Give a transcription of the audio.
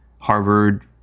Harvard